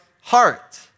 heart